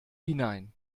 hinein